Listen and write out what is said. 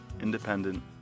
independent